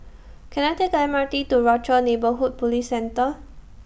Can I Take The M R T to Rochor Neighborhood Police Centre